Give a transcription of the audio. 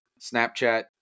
Snapchat